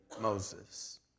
Moses